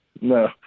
No